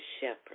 shepherd